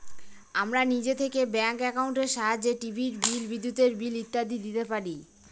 আমরা নিজে থেকে ব্যাঙ্ক একাউন্টের সাহায্যে টিভির বিল, বিদ্যুতের বিল ইত্যাদি দিতে পারি